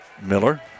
Miller